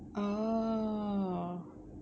orh